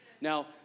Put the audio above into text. Now